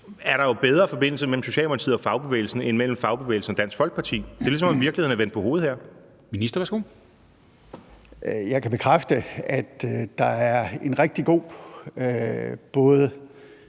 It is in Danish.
er der jo bedre forbindelse mellem Socialdemokratiet og fagbevægelsen end mellem fagbevægelsen og Dansk Folkeparti. Det er, som om virkeligheden er vendt på hovedet her. Kl. 13:06 Formanden (Henrik Dam